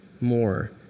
more